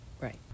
Right